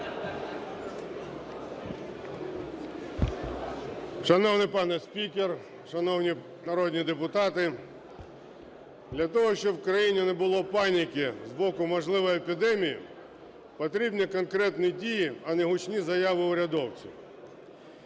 Шановний пане спікере, шановні народні депутати! Для того, щоб в країні не було паніки з боку можливої епідемії, потрібні конкретні дії, а не гучні заяви урядовців.